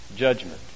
judgment